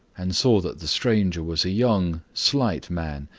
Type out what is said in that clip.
and saw that the stranger was a young, slight man,